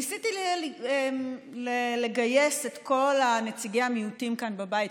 ניסיתי לגייס את כל נציגי המיעוטים כאן בבית,